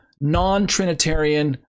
non-trinitarian